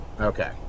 okay